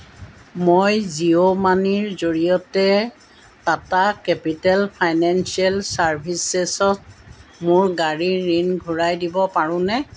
মই জিঅ' মানিৰ জৰিয়তে টাটা কেপিটেল ফাইনেন্সিয়েল চাৰ্ভিচেছত মোৰ গাড়ীৰ ঋণ ঘূৰাই দিব পাৰোনে